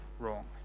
wrong